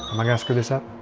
am i gonna screw this up?